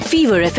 Fever